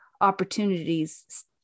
opportunities